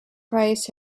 price